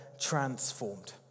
transformed